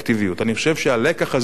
אני חושב שהלקח הזה לנו,